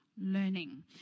learning